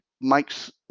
Mike's